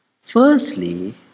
Firstly